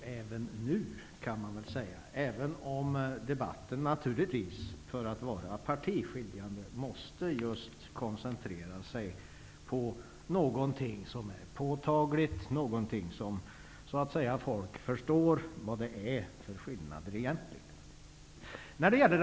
Det gör det även nu, fastän debatten för att vara partiskiljande måste koncentreras på någonting som är påtagligt så att folk förstår vilka skillnaderna egentligen är.